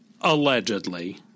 Allegedly